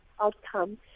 outcome